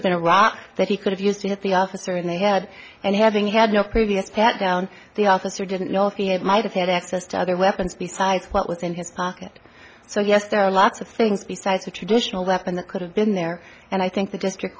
have been a rock that he could have used to hit the officer in the head and having had no previous pat down the officer didn't know if he had might have had access to other weapons besides what was in his pocket so yes there are lots of things besides the traditional weapon that could have been there and i think the district